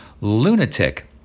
lunatic